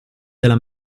della